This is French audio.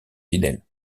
fidèles